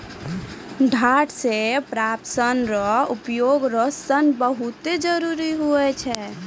डांट से प्राप्त सन रो उपयोग रो सन बहुत जरुरी हुवै छै